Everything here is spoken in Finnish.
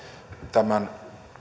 tämän